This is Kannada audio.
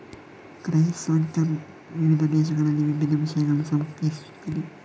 ಕ್ರೈಸಾಂಥೆಮಮ್ ಗಳು ವಿವಿಧ ದೇಶಗಳಲ್ಲಿ ವಿಭಿನ್ನ ವಿಷಯಗಳನ್ನು ಸಂಕೇತಿಸುತ್ತವೆ